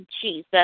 Jesus